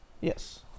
Yes